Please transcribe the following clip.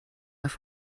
auf